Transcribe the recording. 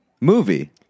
movie